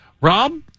Rob